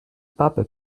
pape